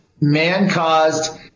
man-caused